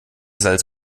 salz